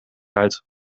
uit